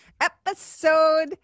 episode